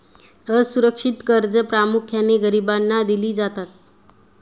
असुरक्षित कर्जे प्रामुख्याने गरिबांना दिली जातात